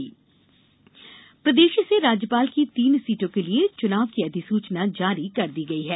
राज्यसभा अधिसूचना प्रदेश से राज्यसभा की तीन सीटों के लिए चुनाव की अधिसूचना जारी कर दी गई है